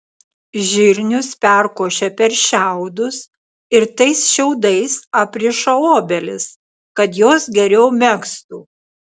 žirnius perkošia per šiaudus ir tais šiaudais apriša obelis kad jos geriau megztų